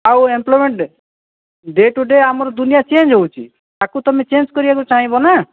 ଆଉ employment day to day ଆମର ଦୁନିଆ ଚେଞ୍ଜ୍ ହେଉଛି ତାକୁ ତୁମେ ଚେଞ୍ଜ୍ କରିବାକୁ ଚାହିଁବ ନା